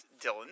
Dylan